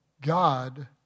God